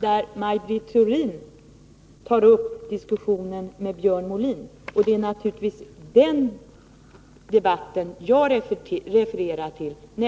där Maj Britt Theorin tar upp diskussionen med Björn Molin. Det är naturligtvis den debatten jag refererar till.